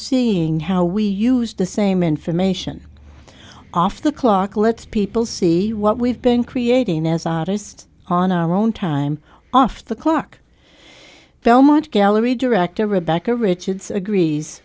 seeing how we use the same information off the clock let people see what we've been creating as artist on our own time off the clock belmont gallery director rebecca richards agrees